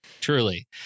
truly